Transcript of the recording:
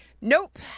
nope